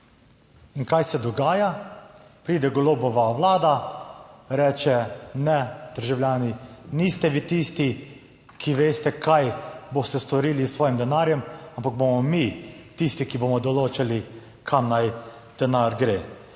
In kaj se dogaja? Pride Golobova vlada, reče ne, državljani, niste vi tisti, ki veste, kaj boste storili s svojim denarjem, ampak bomo mi tisti, ki bomo določali, kam naj denar gre.